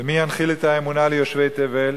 ומי ינחיל את האמונה ליושבי תבל?